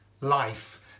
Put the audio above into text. life